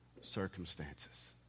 circumstances